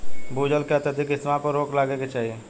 भू जल के अत्यधिक इस्तेमाल पर रोक लागे के चाही